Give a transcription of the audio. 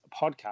podcast